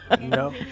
no